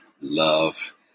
Love